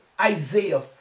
Isaiah